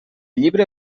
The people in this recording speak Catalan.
llibre